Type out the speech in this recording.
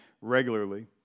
regularly